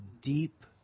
deep